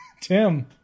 Tim